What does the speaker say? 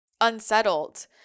unsettled